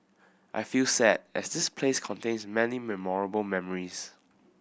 I feel sad as this place contains many memorable memories